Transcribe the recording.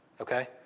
okay